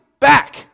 back